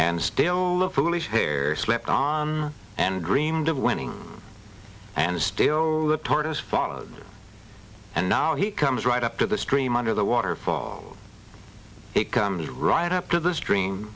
and still look foolish there slept on and dreamed of winning and still the tortoise followed and now he comes right up to the stream under the waterfall it comes right up to the stream